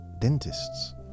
dentists